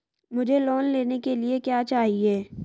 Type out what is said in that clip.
मुझे लोन लेने के लिए क्या चाहिए?